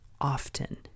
often